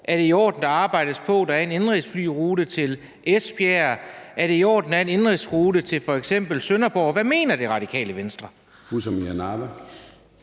at det er i orden, at der arbejdes på en indenrigsflyrute til Esbjerg, og at det er i orden, at der er en indenrigsrute til f.eks. Sønderborg? Hvad mener Radikale Venstre?